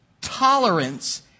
tolerance